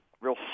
real